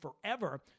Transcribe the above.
forever